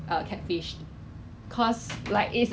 but then err 讲真的有省